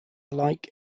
like